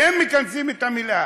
והם מכנסים את המליאה,